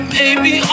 baby